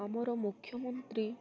ଆମର ମୁଖ୍ୟମନ୍ତ୍ରୀ